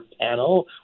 panel